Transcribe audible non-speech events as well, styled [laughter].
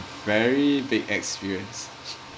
very big experience [laughs]